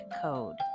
code